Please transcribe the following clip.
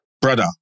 Brother